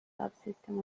subsystem